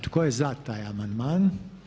Tko je za taj amandman?